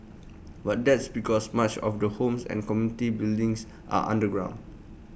but that's because much of the homes and community buildings are underground